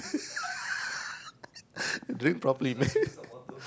do it properly man